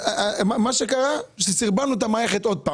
מה שקרה זה שסרבלנו את המערכת שוב.